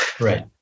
right